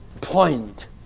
point